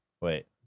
Wait